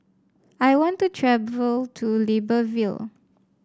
I want to travel to Libreville